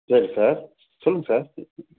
சரி சார் சொல்லுங்கள் சார்